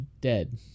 dead